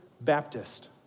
Baptist